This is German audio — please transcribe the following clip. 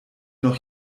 noch